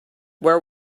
where